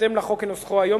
בהתאם לחוק כנוסחו היום,